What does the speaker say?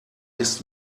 ist